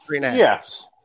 Yes